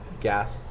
gas